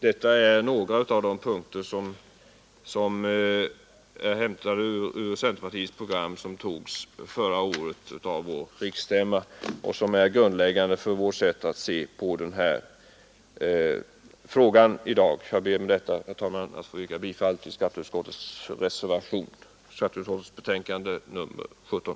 Detta är några punkter i centerpartiets program, som förra året antogs av vår riksstämma och som är grundläggande för vårt sätt att i dag se på denna fråga. Jag ber med detta, herr talman, att få yrka bifall till reservationen vid skatteutskottets betänkande nr 17.